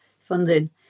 funding